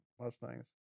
Mustangs